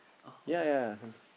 yea yea yea